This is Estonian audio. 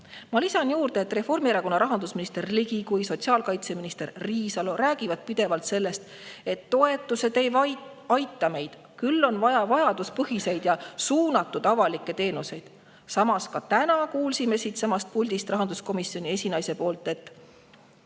Ma lisan juurde, et nii Reformierakonna rahandusminister Ligi kui ka sotsiaalkaitseminister Riisalo räägivad pidevalt sellest, et toetused ei aita meid, on vaja vajaduspõhiseid ja suunatud avalikke teenuseid. Samas kuulsime ka täna siitsamast puldist rahanduskomisjoni esinaiselt, et